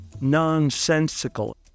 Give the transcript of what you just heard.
nonsensical